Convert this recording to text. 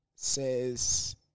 says